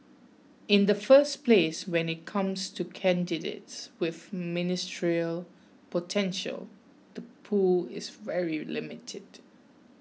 in the first place when it comes to candidates with ministerial potential the pool is very limited